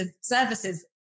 services